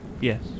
Yes